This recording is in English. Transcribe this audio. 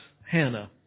Hannah